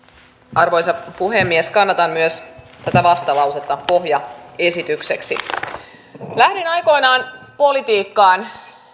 arvoisa puhemies kannatan myös tätä vastalausetta pohjaesitykseksi kun lähdin aikoinaan politiikkaan